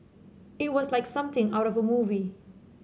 it was like something out of a movie